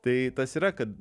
tai tas yra kad